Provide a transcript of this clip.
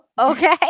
Okay